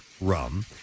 Rum